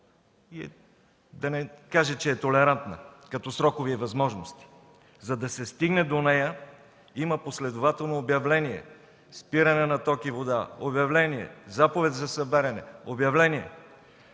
да не кажа, че е толерантна като срокове и възможности. За да се стигне до нея, има последователно обявление, спиране на ток и вода, обявление, заповед за събаряне, обявление.